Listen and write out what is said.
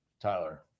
Tyler